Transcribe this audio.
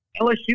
LSU